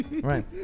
right